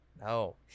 No